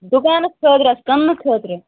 دُکانَس خٲطرٕ آسہٕ کٕنٛنہٕ خٲطرٕ